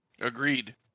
Agreed